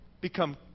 become